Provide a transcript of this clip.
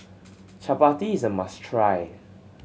Chapati is a must try